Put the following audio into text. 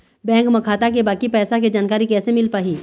Bank म खाता के बाकी पैसा के जानकारी कैसे मिल पाही?